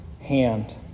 hand